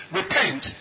repent